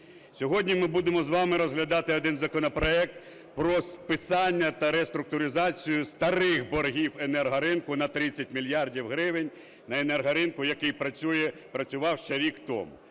Сьогодні ми будемо з вами розглядати один законопроект про списання та реструктуризацію старих боргів енергоринку на 30 мільярдів гривень, на енергоринку, який працював ще рік тому.